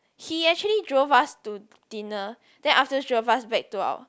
he actually drove us to dinner then afterwards drove us back to our